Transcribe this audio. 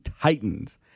Titans